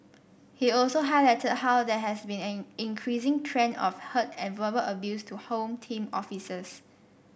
he also highlighted how there has been an increasing trend of hurt and verbal abuse to Home Team officers